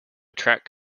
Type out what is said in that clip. track